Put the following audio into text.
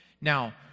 Now